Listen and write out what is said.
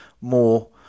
more